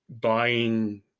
buying